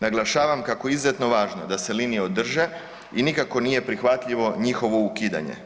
Naglašavam kako je izuzetno važno da se linije održe i nikako nije prihvatljivo njihovo ukidanje.